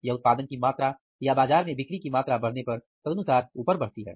यह उत्पादन की मात्रा या बाजार में बिक्री की मात्रा बढ़ने पर तदनुसार ऊपर बढ़ती है